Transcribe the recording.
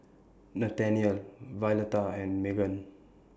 Nathaniel Violeta and Meghan